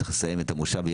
צריך לסיים את המושב.